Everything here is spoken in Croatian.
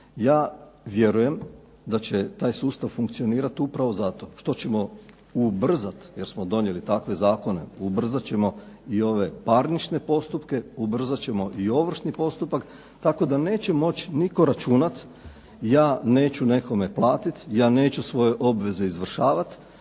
Ja vjerujem da će taj sustav funkcionirati upravo zato što ćemo ubrzati, jer smo donijeli takve zakone, ubrzat ćemo i ove parnične postupke, ubrzat ćemo i ovršni postupak, tako da neće moći nitko računati ja neću nekome platiti, ja neću svoje obveze izvršavati